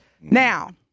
Now